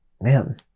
man